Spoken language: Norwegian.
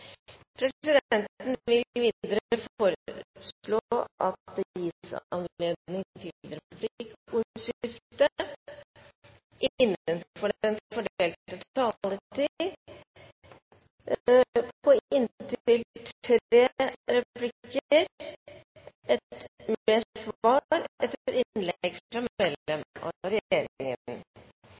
Presidenten vil videre foreslå at det gis anledning til replikkordskifte på inntil